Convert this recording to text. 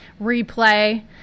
replay